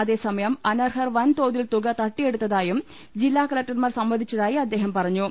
അതേസ മയം അനർഹർ വൻ തോതിൽ തുക തട്ടിയെടുത്തതായും ജില്ലാ കലക്ടർമാർ സമ്മതിച്ചതായി അദ്ദേഹം പറഞ്ഞു